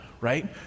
right